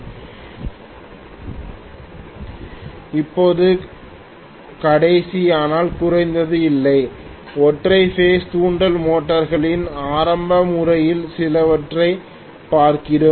slide நேரத்தைப் பார்க்கவும் 3905 இப்போது கடைசி ஆனால் குறைந்தது அல்ல ஒற்றை பேஸ் தூண்டல் மோட்டார்களின் ஆரம்ப முறைகளில் சிலவற்றைப் பார்க்கிறோம்